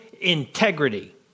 integrity